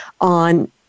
on